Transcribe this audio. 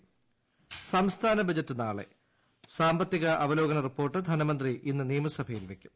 പ്ര സംസ്ഥാന ബജ്റ്റ് നാ്ളെ സാമ്പത്തിക അവലോകന ന് റിപ്പോർട്ട് ധനമന്ത്രീ ഇന്ന് നിയമസഭയിൽ വയ്ക്കും